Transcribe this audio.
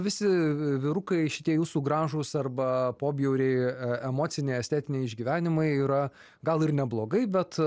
visi vyrukai šitie jūsų gražūs arba pobjauriai e emociniai estetiniai išgyvenimai yra gal ir neblogai bet